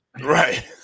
right